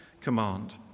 command